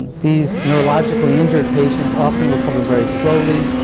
these neurologically injured patients often recover very slowly,